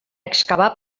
excavar